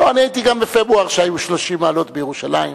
הייתי גם כשהיו בפברואר 30 מעלות בירושלים,